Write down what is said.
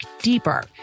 deeper